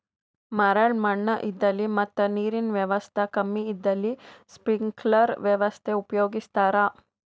ಮರಳ್ ಮಣ್ಣ್ ಇದ್ದಲ್ಲಿ ಮತ್ ನೀರಿನ್ ವ್ಯವಸ್ತಾ ಕಮ್ಮಿ ಇದ್ದಲ್ಲಿ ಸ್ಪ್ರಿಂಕ್ಲರ್ ವ್ಯವಸ್ಥೆ ಉಪಯೋಗಿಸ್ತಾರಾ